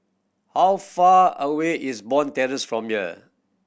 how far away is Bond Terrace from here